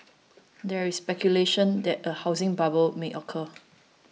there is speculation that a housing bubble may occur